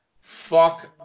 Fuck